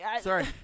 Sorry